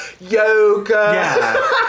yoga